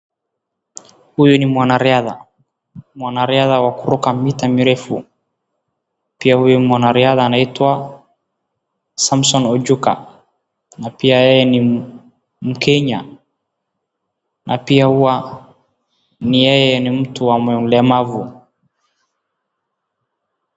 Huyu ni mwanariadha. Mwanariadha wa kuruka mita mrefu. Pia huyu mwanariadha anaitwa Samson Ojuka na pia yeye ni mkenya na pia yeye huwa ni mtu wa mlemavu.